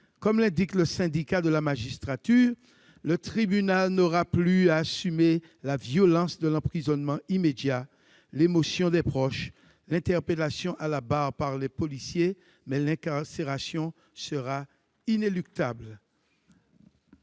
de peine. Le Syndicat de la magistrature l'indique :« Le tribunal n'aura plus à assumer la violence de l'emprisonnement immédiat- l'émotion des proches, l'interpellation à la barre par les policiers -, mais l'incarcération sera inéluctable